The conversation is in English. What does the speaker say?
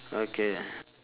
okay